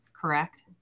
correct